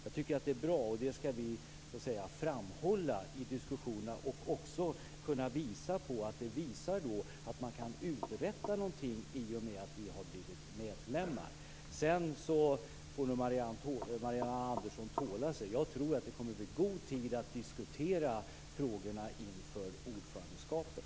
Jag tycker att det är bra, och det skall vi framhålla i diskussionerna. Vi skall också visa på att man kan uträtta någonting i och med att vi har blivit medlemmar. Sedan får nog Marianne Andersson tåla sig. Jag tror att det kommer att bli god tid att diskutera frågorna inför ordförandeskapet.